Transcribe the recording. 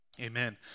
Amen